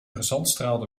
gezandstraalde